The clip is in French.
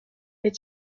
est